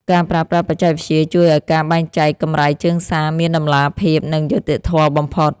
ការប្រើប្រាស់បច្ចេកវិទ្យាជួយឱ្យការបែងចែកកម្រៃជើងសារមានតម្លាភាព និងយុត្តិធម៌បំផុត។